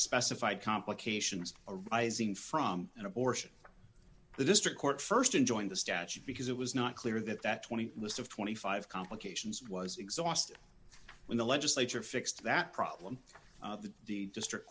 specified complications arising from an abortion the district court st enjoin the statute because it was not clear that that twenty list of twenty five complications was exhausted when the legislature fixed that problem the district